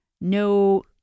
no